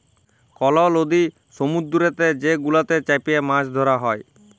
call লদি সমুদ্দুরেতে যে গুলাতে চ্যাপে মাছ ধ্যরা হ্যয়